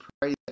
Pray